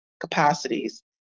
capacities